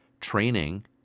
training